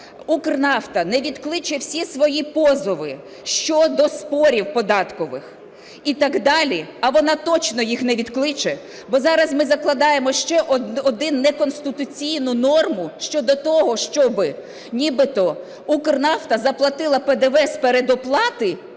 "Укрнафта" не відкличе всі свої позови щодо спорів податкових і так далі, а вона точно їх не відкличе, бо зараз ми закладаємо ще одну неконституційну норму щодо того, щоби нібито "Укрнафта" заплатила ПДВ з передоплати,